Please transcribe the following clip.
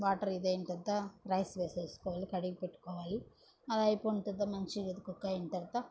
water ఇదైన తర్వత rice వేసేసుకోవాలి కడిగి పెట్టుకోవాలి అదైపోయింటుంది మంచిగా అది కుక్ అయిన తర్వత